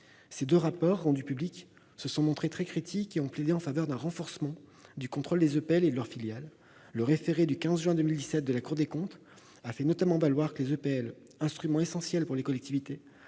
Ces deux rapports, rendus publics, se sont avérés très critiques, leurs auteurs plaidant en faveur d'un renforcement du contrôle des EPL et de leurs filiales. Dans son référé du 15 juin 2017, la Cour des comptes a notamment fait valoir que les EPL, instruments essentiels pour les collectivités,